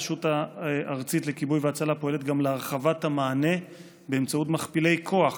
הרשות הארצית לכיבוי והצלה פועלת גם להרחבת המענה באמצעות מכפילי כוח